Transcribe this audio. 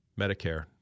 Medicare